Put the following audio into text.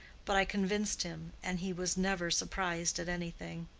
but i convinced him, and he was never surprised at anything.